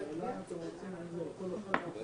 טענת נושא חדש לא התקבלה.